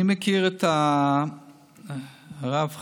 אני מכיר את הרב חסיד,